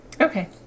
okay